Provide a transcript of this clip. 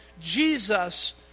Jesus